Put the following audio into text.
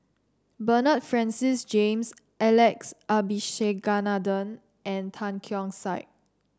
Bernard Francis James Alex Abisheganaden and Tan Keong Saik